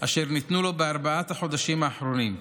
אשר ניתנו לו בארבעת החודשים האחרונים.